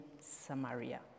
Samaria